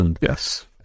Yes